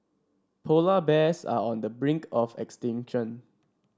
polar bears are on the brink of extinction